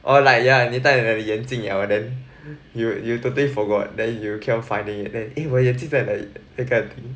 or like yeah 你戴了你的眼镜了 then you you totally forgot then you keep on finding it eh 我的眼镜在哪里